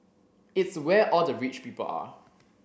it's where all the rich people are